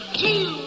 two